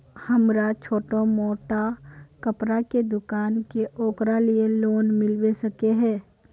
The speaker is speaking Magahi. हमरा छोटो मोटा कपड़ा के दुकान है ओकरा लिए लोन मिलबे सके है?